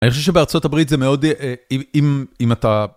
אני חושב שבארצות הברית זה מאוד... אם אתה...